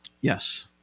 Yes